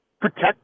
protect